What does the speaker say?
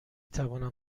توانم